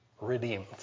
redeemed